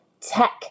tech